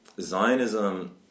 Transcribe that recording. Zionism